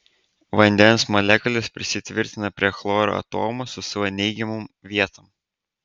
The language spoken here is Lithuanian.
vandens molekulės prisitvirtina prie chloro atomų su savo neigiamom vietom